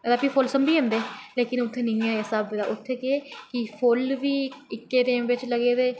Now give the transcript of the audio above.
ते फ्ही फुल्ल संभी जंदे पर उत्थें निं ऐ ऐसा स्हाब कि फुल्ल बी इक्कै टैम पर लग्गे दे